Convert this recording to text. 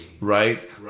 right